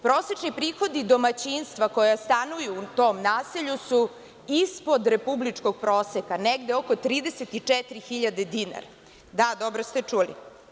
Prosečni prihodi domaćinstva koja stanuju u tom naselju su ispod republičkog proseka, negde oko 34.000 dinara, da, dobro ste čuli.